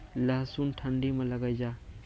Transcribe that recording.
लहसुन ठंडी मे लगे जा?